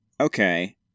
Okay